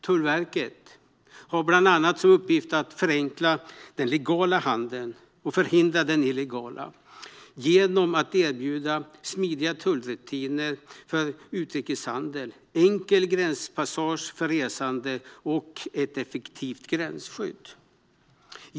Tullverket har bland annat som uppgift att förenkla den legala handeln och förhindra den illegala genom att erbjuda smidiga tullrutiner för utrikeshandel, enkel gränspassage för resande och ett effektivt gränsskydd.